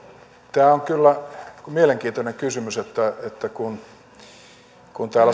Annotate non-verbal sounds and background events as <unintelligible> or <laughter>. tämä on kyllä mielenkiintoinen kysymys kun kun täällä <unintelligible>